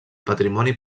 patrimoni